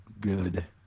good